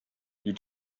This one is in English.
you